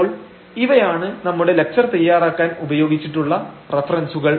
അപ്പോൾ ഇവയാണ് നമ്മുടെ ലക്ചർ തയ്യാറാക്കാൻ ഉപയോഗിച്ചിട്ടുള്ള റഫറൻസുകൾ